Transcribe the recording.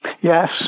yes